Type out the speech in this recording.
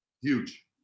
Huge